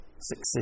succeed